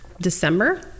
December